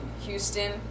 Houston